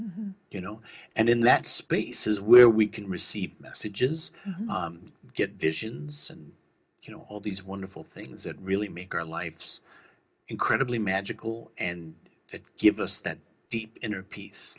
you know and in that space is where we can receive messages get visions you know all these wonderful things that really make our lives incredibly magical and it gives us that deep inner peace